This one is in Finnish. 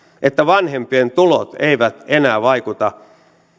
että vanhempien tulot eivät enää vaikuta